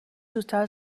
زودتر